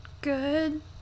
good